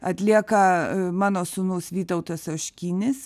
atlieka mano sūnus vytautas oškinis